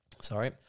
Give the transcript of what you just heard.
Sorry